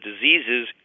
diseases